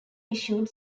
issued